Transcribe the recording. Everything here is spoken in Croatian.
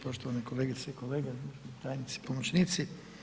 Poštovane kolegice i kolege, tajnici, pomoćnici.